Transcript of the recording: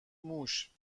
موش